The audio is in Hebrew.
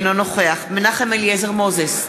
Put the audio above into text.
אינו נוכח מנחם אליעזר מוזס,